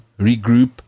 regroup